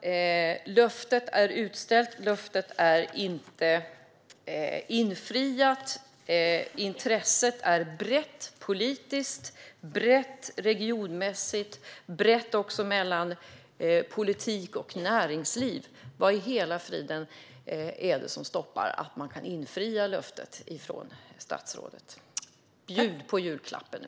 Löftet är utställt men inte infriat. Intresset är brett politiskt och regionmässigt, och det är ett intresse som finns både hos politiken och hos näringslivet. Vad i hela friden är det som stoppar att man kan infria löftet från statsrådet? Bjud på julklappen nu!